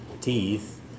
teeth